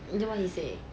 then what he say